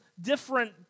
different